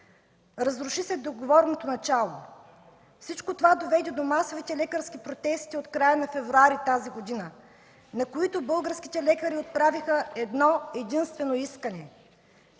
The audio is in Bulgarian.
Разруши се договорното начало. Всичко това доведе до масовите лекарски протести от края на февруари тази година, на които българските лекари отправиха едно-единствено искане,